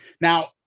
Now